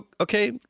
okay